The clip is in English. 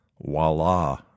voila